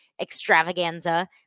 extravaganza